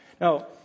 Now